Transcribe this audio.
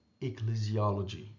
Ecclesiology